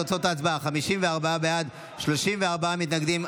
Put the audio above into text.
ההצבעה: 54 בעד, 34 מתנגדים.